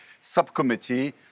subcommittee